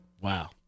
Wow